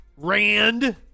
Rand